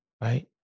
right